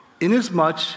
Inasmuch